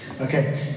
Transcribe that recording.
okay